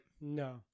no